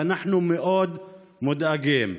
ואנחנו מאוד מודאגים.